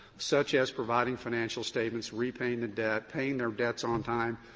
such as providing financial statements, repaying the debt, paying their debts on time,